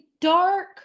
dark